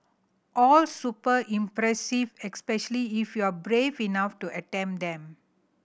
all super impressive especially if you are brave enough to attempt them